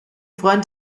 freund